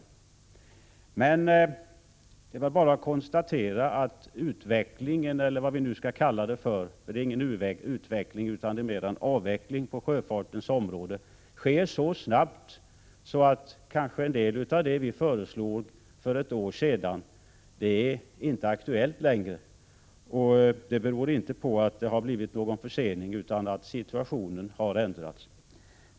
Men det är bara att konstatera att utvecklingen — eller vad vi skall kalla det, för det är ju mer en avveckling på sjöfartens område — sker så snabbt att kanske en del av det vi föreslog för ett år sedan inte är aktuellt längre. Det beror inte på att det har blivit någon försening utan på att situationen har ändrats.